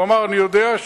הוא אמר: אני יודע.